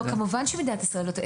כמובן שמדינת ישראל נותנת.